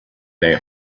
their